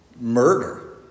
murder